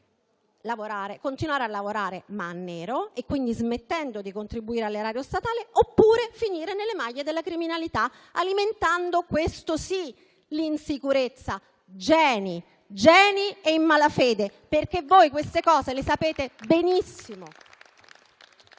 continuare a lavorare, ma in nero, quindi smettendo di contribuire all'erario statale, oppure finire nelle maglie della criminalità, alimentando - questa sì - l'insicurezza. Geni, geni e in malafede, perché voi queste cose le sapete benissimo.